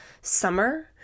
summer